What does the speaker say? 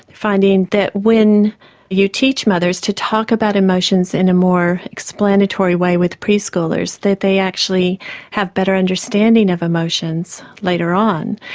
finding that when you teach mothers to talk about emotions in a more explanatory way with pre-schoolers that they actually have better understanding of emotions later on.